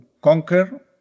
conquer